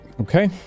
Okay